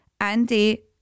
Andy